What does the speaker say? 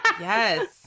Yes